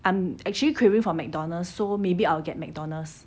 I'm actually craving for McDonald's so maybe I'll get McDonald's